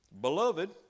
Beloved